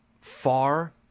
far